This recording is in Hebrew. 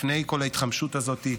לפני כל ההתחמשות הזאת,